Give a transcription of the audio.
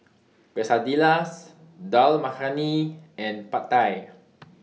Quesadillas Dal Makhani and Pad Thai